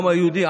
העם היהודי,